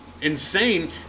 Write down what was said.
insane